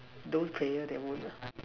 those players they won't ah